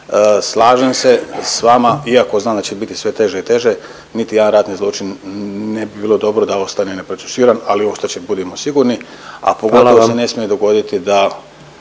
Slažem se s vama iako znam da će biti sve teže i teže niti jedan ratni zločin ne bi bilo dobro da ostane neprocesuiran, ali ostat će budimo sigurni ako pogotovo se ne smije … …/Upadica